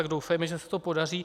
Tak doufejme, že se to podaří.